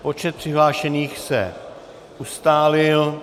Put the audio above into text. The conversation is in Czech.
Počet přihlášených se ustálil.